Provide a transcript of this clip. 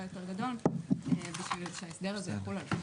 יותר גדול בשביל שההסדר הזה יחול עליו.